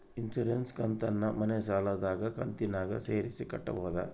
Insurance ಕಂತನ್ನ ಮನೆ ಸಾಲದ ಕಂತಿನಾಗ ಸೇರಿಸಿ ಕಟ್ಟಬೋದ?